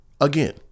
again